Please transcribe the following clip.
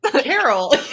Carol